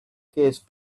case